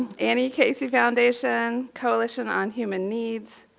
annie casey foundation, coalition on human needs,